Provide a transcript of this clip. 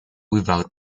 without